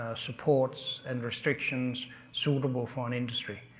ah supports and restrictions suitable for an industry.